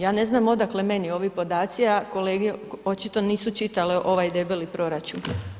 Ja ne znam odakle meni ovi podaci a kolege očito nisu čitale ovaj debeli proračun.